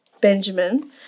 Benjamin